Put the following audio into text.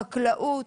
חקלאות,